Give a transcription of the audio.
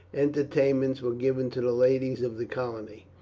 entertainments were given to the ladies of the colony.